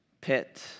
pit